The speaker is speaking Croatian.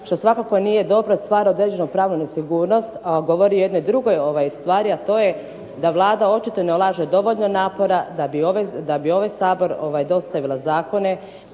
što svakako nije dobro. Stvar određenog prava na sigurnost govori o jednoj drugoj stvari, a to je da Vlada očito ne ulaže dovoljno napora da bi u ovaj Sabor dostavila zakone